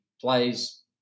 plays